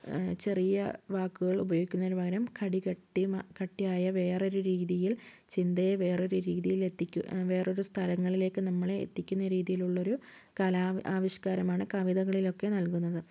ചെറിയ വാക്കുകൾ ഉപയോഗിക്കുന്നതിന് പകരം കട് കട്ടിമ കട്ടിയായ വേറൊരു രീതിയിൽ ചിന്തയെ വേറൊരു രീതിയിൽ എത്തിക്കു വേറൊരു സ്ഥലങ്ങളിലേക്ക് നമ്മളെ എത്തിക്കുന്ന രീതിയിലുള്ളൊരു കലാ ആവിഷ്ക്കാരമാണ് കവിതകളിലൊക്കെ നൽകുന്നത്